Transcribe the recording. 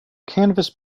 canvas